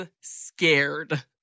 scared